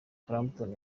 clapton